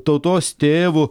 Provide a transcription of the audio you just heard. tautos tėvu